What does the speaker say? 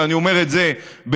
ואני אומר את זה בצער,